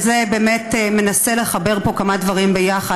זה באמת ניסיון לחבר פה כמה דברים יחד.